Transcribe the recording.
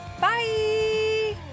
bye